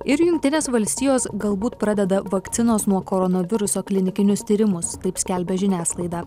ir jungtinės valstijos galbūt pradeda vakcinos nuo koronaviruso klinikinius tyrimus taip skelbia žiniasklaida